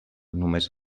només